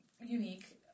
unique